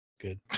good